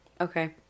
Okay